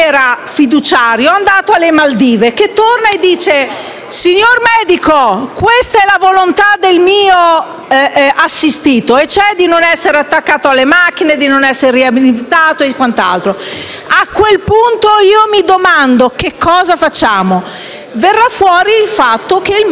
assistito è di non essere attaccato alle macchine, di non essere riabilitato e quant'altro. A quel punto mi domando che cosa facciamo. Verrà fuori il fatto che il medico si difenderà e, quindi, aumenterà sicuramente la pratica della medicina difensiva. *(Applausi